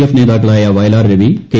F നേതാക്കളായ Vayalar Ravi K